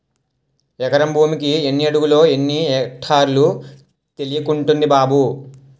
ఎకరం భూమికి ఎన్ని అడుగులో, ఎన్ని ఎక్టార్లో తెలియకుంటంది బాబూ